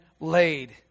laid